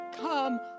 Come